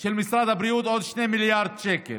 של משרד הבריאות עוד 2 מיליארד שקל,